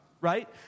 right